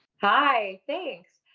hi, thanks.